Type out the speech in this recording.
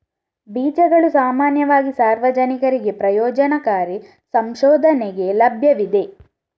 ಬೀಜಗಳು ಸಾಮಾನ್ಯವಾಗಿ ಸಾರ್ವಜನಿಕರಿಗೆ ಪ್ರಯೋಜನಕಾರಿ ಸಂಶೋಧನೆಗೆ ಲಭ್ಯವಿವೆ